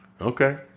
Okay